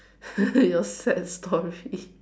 your sad story